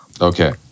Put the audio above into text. Okay